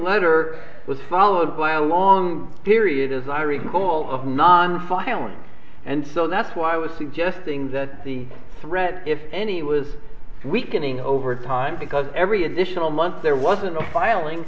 letter was followed by a long period as i recall of non violent and so that's why i was suggesting that the threat if any was weakening over time because every additional month there wasn't a filing